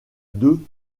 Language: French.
deux